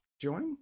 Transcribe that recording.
join